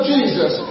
Jesus